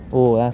oh,